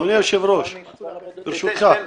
אדוני היושב-ראש, ברשותך.